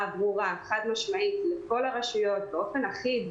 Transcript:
ברורה וחד משמעית לכל הרשויות על כך